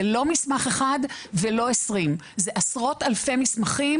זה לא מסמך אחד ולא 20. זה עשרות אלפי מסמכים.